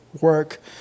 work